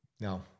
No